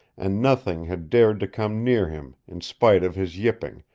and nothing had dared to come near him in spite of his yipping,